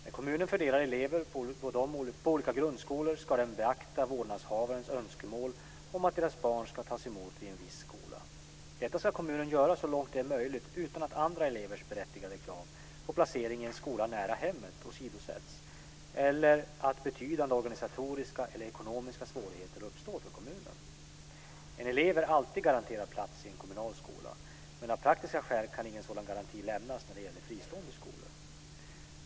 När kommunen fördelar elever på olika grundskolor ska den beakta vårdnadshavares önskemål om att deras barn ska tas emot vid en viss skola. Detta ska kommunen göra så långt det är möjligt utan att andra elevers berättigade krav på placering i en skola nära hemmet åsidosätts eller att betydande organisatoriska eller ekonomiska svårigheter uppstår för kommunen. En elev är alltid garanterad plats i en kommunal skola, men av praktiska skäl kan ingen sådan garanti lämnas när det gäller fristående skolor.